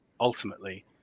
ultimately